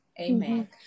Amen